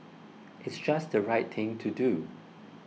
it's just the right thing to do